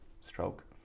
stroke